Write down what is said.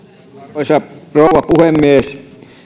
arvoisa rouva puhemies